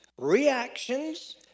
reactions